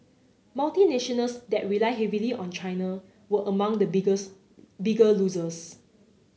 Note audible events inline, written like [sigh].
multinationals that rely heavily on China were among the [unintelligible] bigger losers